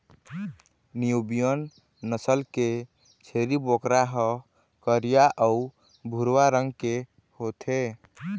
Nubian नसल के छेरी बोकरा ह करिया अउ भूरवा रंग के होथे